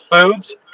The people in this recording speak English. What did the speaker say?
foods